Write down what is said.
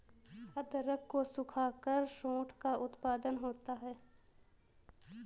अदरक को सुखाकर सोंठ का उत्पादन होता है